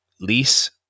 lease